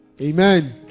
Amen